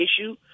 issue